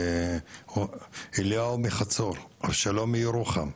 אליהו מחצור, שלום מירוחם,